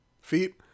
feet